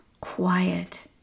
quiet